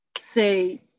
say